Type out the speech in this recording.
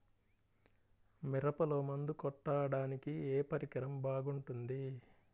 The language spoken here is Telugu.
మిరపలో మందు కొట్టాడానికి ఏ పరికరం బాగుంటుంది?